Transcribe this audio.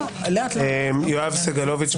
יואב סגלוביץ,